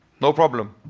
no problem.